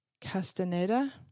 Castaneda